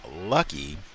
Lucky